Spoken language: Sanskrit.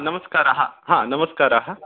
नमस्काराः नमस्काराः